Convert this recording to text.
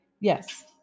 yes